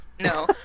no